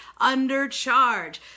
undercharge